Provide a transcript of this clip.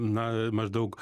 na maždaug